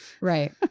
right